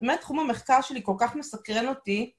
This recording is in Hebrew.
מה תחום המחקר שלי כל כך מסקרן אותי.